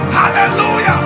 hallelujah